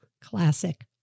classic